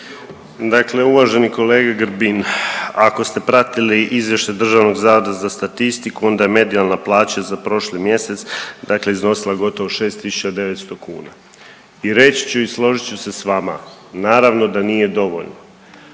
Dakle, uvaženi kolega Grbin, ako ste pratili izvještaj DZS-a onda je medijalna plaća za prošli mjesec iznosila gotovo 6.900 kuna i reći ću i složit ću se s vama, naravno da nije dovoljno.